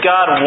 God